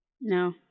no